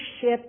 ship